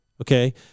Okay